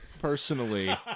personally